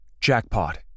Jackpot